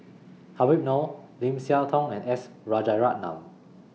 Habib Noh Lim Siah Tong and S Rajaratnam